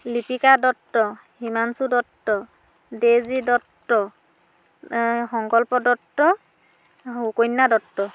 Lipika Datta Himanshu Datta Daisy Datta Sankalpa Datta Sukanya Dutta